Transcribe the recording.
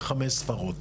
בחמש ספרות.